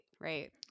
right